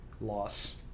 loss